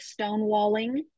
stonewalling